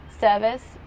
service